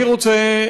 אני רוצה,